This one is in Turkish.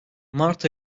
mart